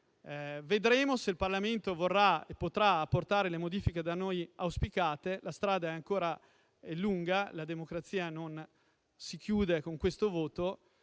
Vedremo se il Parlamento vorrà e potrà apportare le modifiche da noi auspicate. La strada è ancora lunga. Le decisioni sui mandati non si chiudono con questo voto.